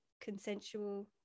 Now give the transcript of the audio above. consensual